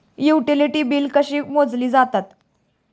Utility बिले कशी मोजली जातात?